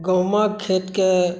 गहूॅंम खेतके